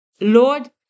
Lord